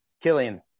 Killian